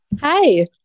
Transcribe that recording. Hi